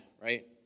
right